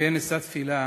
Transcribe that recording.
כן אשא תפילה